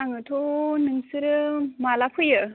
आङोथ' नोंसोरो माला फैयो